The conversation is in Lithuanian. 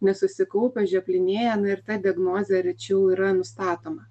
nesusikaupęs žioplinėja na ir ta diagnozė rečiau yra nustatoma